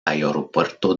aeropuerto